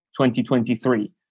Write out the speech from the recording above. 2023